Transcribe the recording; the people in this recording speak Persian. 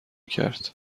کرد